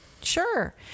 sure